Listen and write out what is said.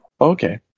Okay